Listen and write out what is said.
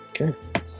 Okay